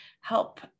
help